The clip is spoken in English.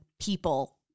people